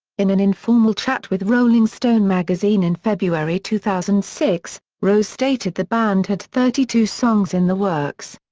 in an informal chat with rolling stone magazine in february two thousand and six, rose stated the band had thirty two songs in the works.